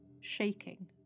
shaking